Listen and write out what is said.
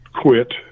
quit